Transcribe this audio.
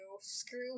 screw